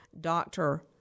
doctor